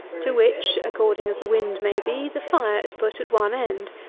to which, according as the wind may be, the fire is put at one end.